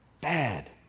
Bad